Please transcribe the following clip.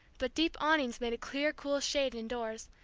but deep awnings made a clear cool shade indoors,